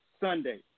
Sunday